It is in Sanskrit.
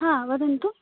हा वदन्तु